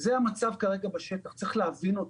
זה המצב כרגע בשטח, צריך להבין אותו.